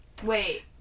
Wait